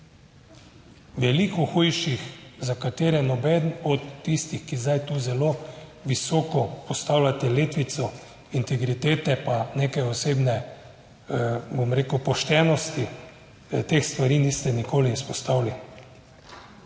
veliko hujših, za katere nobeden od tistih, ki zdaj tu zelo visoko postavljate letvico integritete, pa neke osebne, bom rekel, poštenosti, teh stvari niste nikoli izpostavili.